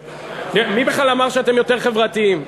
מי בכלל אמר שאתם יותר חברתיים?